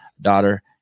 daughter